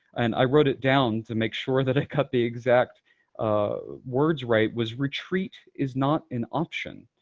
and i wrote it down to make sure that i got the exact ah words right, was, retreat is not an option.